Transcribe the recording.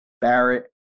Barrett